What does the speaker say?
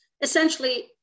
Essentially